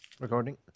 Recording